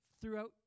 Throughout